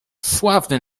sławny